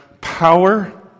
power